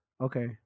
Okay